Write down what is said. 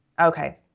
okay